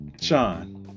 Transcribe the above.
Sean